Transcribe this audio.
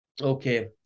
Okay